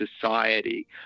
society